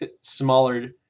smaller